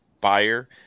buyer